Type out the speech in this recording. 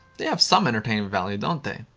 they have some entertainment value, don't they?